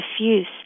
diffuse